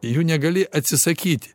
jų negali atsisakyti